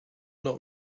not